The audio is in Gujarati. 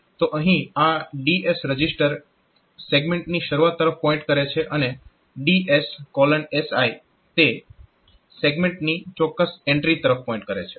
તો અહીં આ DS રજીસ્ટર સેગમેન્ટની શરૂઆત તરફ પોઇન્ટ કરે છે અને DSSI તે સેગમેન્ટની ચોક્કસ એન્ટ્રી તરફ પોઇન્ટ કરે છે